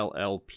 llp